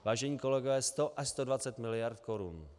Vážení kolegové, 100 až 120 mld. korun!